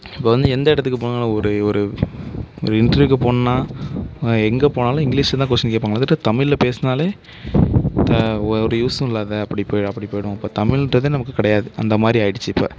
இப்போது வந்து எந்த இடத்துக்கு போனாலும் ஒரு ஒரு ஒரு இன்டர்வியூக்கு போகணும்னா எங்கே போனாலும் இங்கிலீஷில் தான் கொஸ்டின் கேட்பாங்க அது வந்துட்டு தமிழ்ல பேசினாலே ஒரு யூஸ்சும் இல்லை அது அப்படி அப்படி போய்விடும் இப்போ தமிழ்ன்றதே நமக்கு கிடையாது அந்தமாதிரி ஆகிடுச்சு இப்போ